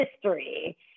history